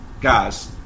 guys